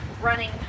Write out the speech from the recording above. running